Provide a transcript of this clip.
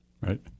Right